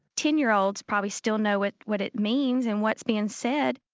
ten year olds probably still know what what it means and what's being said.